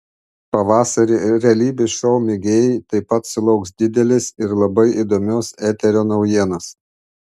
pavasarį realybės šou mėgėjai taip pat sulauks didelės ir labai įdomios eterio naujienos